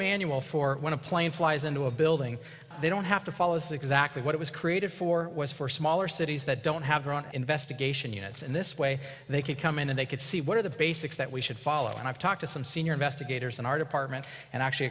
manual for when a plane flies into a building they don't have to follow is exactly what it was created for was for smaller cities that don't have their own investigation units in this way they could come in and they could see what are the basics that we should follow and i've talked to some senior investigators in our department and actually